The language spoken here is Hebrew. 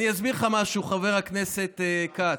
אני אסביר לך משהו, חבר הכנסת כץ.